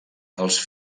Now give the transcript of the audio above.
els